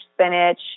spinach